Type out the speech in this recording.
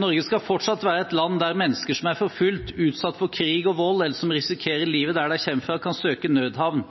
Norge skal fortsatt være et land der mennesker som er forfulgt, utsatt for krig og vold eller som risikerer livet der de kommer fra, kan søke nødhavn.